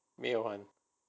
没有还